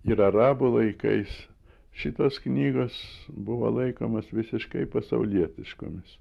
ir arabų laikais šitos knygos buvo laikomos visiškai pasaulietiškomis